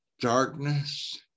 darkness